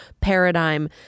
paradigm